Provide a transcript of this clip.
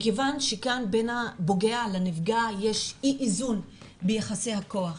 מכיוון שכאן בין הפוגע לנפגע יש אי איזון ביחסי הכוח,